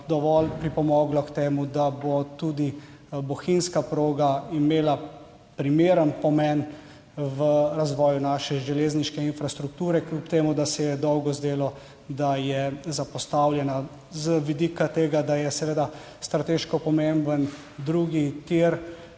dovolj pripomoglo k temu, da bo tudi bohinjska proga imela primeren pomen v razvoju naše železniške infrastrukture, kljub temu, da se je dolgo zdelo, da je zapostavljena z vidika tega, da je seveda strateško pomemben drugi tir.